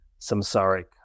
samsaric